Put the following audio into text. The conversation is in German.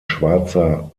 schwarzer